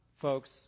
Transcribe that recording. folks